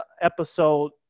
episode